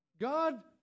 God